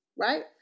right